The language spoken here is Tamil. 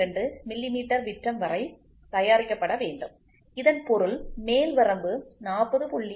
02 மில்லிமீட்டர் விட்டம் வரை தயாரிக்கப்பட வேண்டும் இதன் பொருள் மேல் வரம்பு 40